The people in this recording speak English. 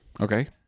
okay